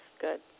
good